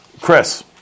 Chris